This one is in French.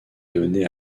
donné